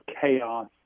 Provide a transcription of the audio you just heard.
chaos